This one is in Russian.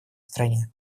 стране